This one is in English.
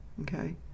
okay